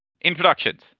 Introductions